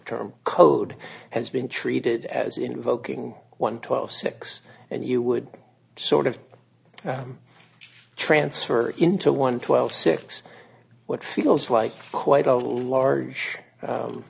term code has been treated as invoking one twelve six and you would sort of transfer into one twelve six what feels like quite a large